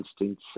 instance